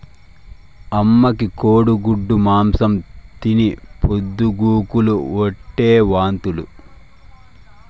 అమ్మకి కోడి మాంసం తిని పొద్దు గూకులు ఓటే వాంతులు